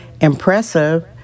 impressive